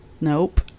Nope